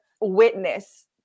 witness